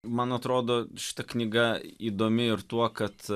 man atrodo šita knyga įdomi ir tuo kad